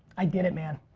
i did it, man.